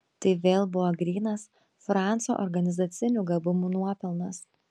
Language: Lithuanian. tai vėl buvo grynas franco organizacinių gabumų nuopelnas